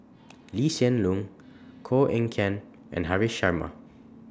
Lee Hsien Loong Koh Eng Kian and Haresh Sharma